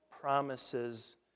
promises